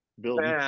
building